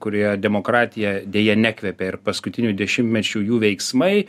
kurioje demokratija deja nekvepia ir paskutinių dešimtmečių jų veiksmai